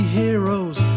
heroes